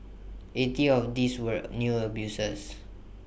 eighty of these were new abusers